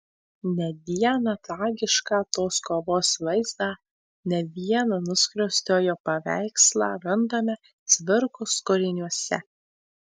ne vieną tragišką tos kovos vaizdą ne vieną nuskriaustojo paveikslą randame cvirkos kūriniuose